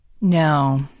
No